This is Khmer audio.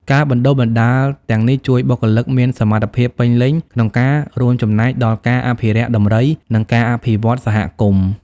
ការបណ្ដុះបណ្ដាលទាំងនេះជួយបុគ្គលិកមានសមត្ថភាពពេញលេញក្នុងការរួមចំណែកដល់ការអភិរក្សដំរី និងការអភិវឌ្ឍន៍សហគមន៍។